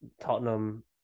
Tottenham